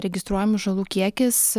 registruojamų žalų kiekis